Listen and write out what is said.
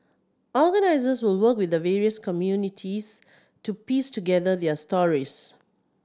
organisers will work with the various communities to piece together their stories